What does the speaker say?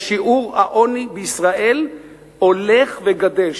שיעור העוני בישראל הולך וגדל,